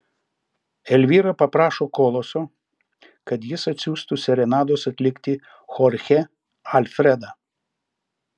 elvyra paprašo koloso kad jis atsiųstų serenados atlikti chorchę alfredą